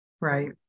right